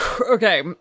Okay